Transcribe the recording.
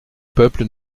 peuple